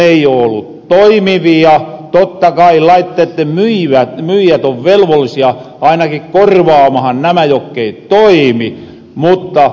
sitte ku ne ei oo ollu toimivia totta kai laitteitten myijät on velvollisia ainaki korvaamahan nämä jokkei toimi